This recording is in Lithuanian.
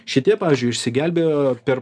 šitie pavyzdžiui išsigelbėjo per